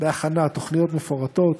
בהכנה תוכניות מפורטות,